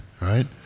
right